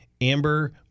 Amber